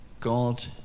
God